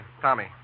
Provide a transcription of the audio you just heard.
Tommy